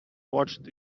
watched